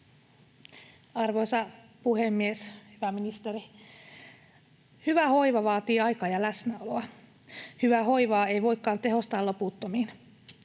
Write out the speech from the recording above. Arvoisa puhemies! Hyvä ministeri! Hyvä hoiva vaatii aikaa ja läsnäoloa. Hyvää hoivaa ei voikaan tehostaa loputtomiin.